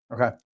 Okay